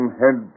head